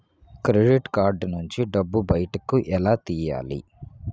Credit card నుంచి డబ్బు బయటకు ఎలా తెయ్యలి?